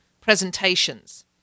presentations